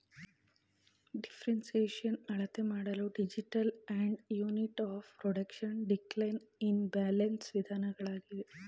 depreciation ಅಳತೆಮಾಡಲು digital and unit of production, decline in balance ವಿಧಾನಗಳಿವೆ